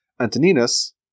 Antoninus